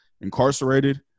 incarcerated